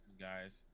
guys